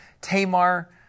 Tamar